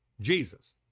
Jesus